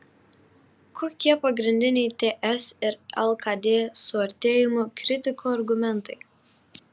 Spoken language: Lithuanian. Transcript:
kokie pagrindiniai ts ir lkd suartėjimo kritikų argumentai